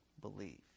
Believe